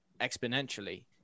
exponentially